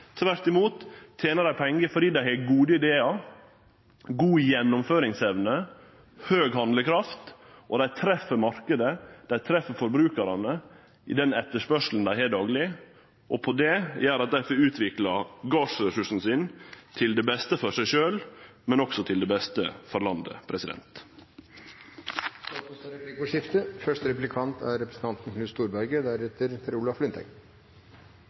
Tvert imot tener dei pengar fordi dei har gode idear, gode gjennomføringsevner og stor handlekraft. Dei treffer marknaden, dei treffer forbrukarane i den etterspurnaden dei har dagleg, og det gjer at dei får utvikla gardsressursen sin til beste for seg sjølve, men også til beste for landet. Det blir replikkordskifte. Det gleder meg at statsråden erklærer at det ikke er